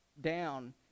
down